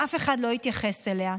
ואף אחד לא התייחס אליה.